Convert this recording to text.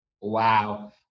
Wow